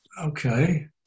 okay